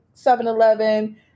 7-Eleven